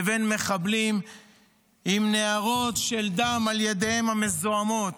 לבין מחבלים עם נהרות של דם על ידיהם המזוהמות.